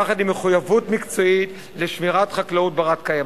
יחד עם מחויבות מקצועית לשמירת חקלאות בת-קיימא.